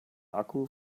akku